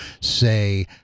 say